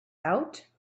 out